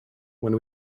when